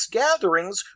gatherings